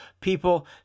people